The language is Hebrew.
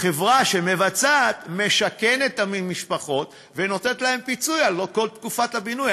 החברה שמבצעת משכנת את המשפחות ונותנת להן פיצוי על כל תקופת הבינוי,